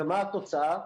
ומה התוצאה?